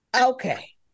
Okay